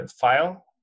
file